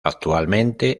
actualmente